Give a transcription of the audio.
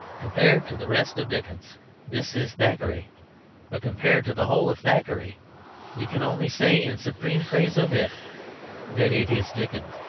compared to the rest of dickens this is thackeray but compared to the whole of thackeray we can only say in supreme praise of it that it is dickens.